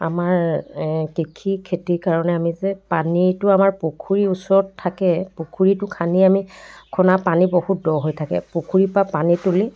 আমাৰ কৃষি খেতি কাৰণে আমি যে পানীটো আমাৰ পুখুৰী ওচৰত থাকে পুখুৰীটো খান্দি আমি খন্দা পানী বহুত দ হৈ থাকে পুখুৰী পা পানী তুলি